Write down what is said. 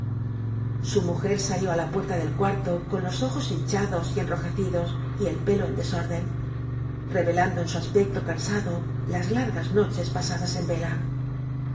su mujer salió á la puerta del cuarto con los ojos hinchados y enrojecidos y el pelo en desorden revelando en su aspecto cansado las largas noches pasadas en vela